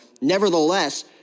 Nevertheless